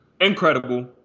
incredible